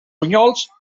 bunyols